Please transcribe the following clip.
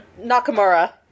Nakamura